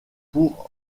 pour